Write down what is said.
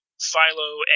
Philo